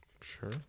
Sure